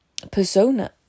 persona